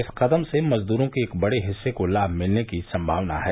इस कदम से मजदूरों के एक बड़े हिस्से को लाभ मिलने की संभावना है